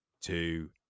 two